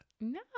No